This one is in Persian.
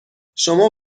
شما